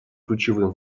ключевым